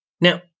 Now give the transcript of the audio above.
Now